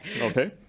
Okay